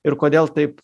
ir kodėl taip